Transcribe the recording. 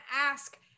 ask